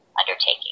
undertaking